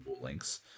links